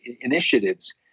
initiatives